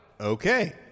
Okay